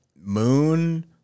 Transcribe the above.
moon